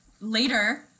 later